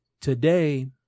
today